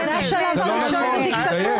זה השלב הראשון בדיקטטורה,